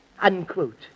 Unquote